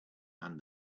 and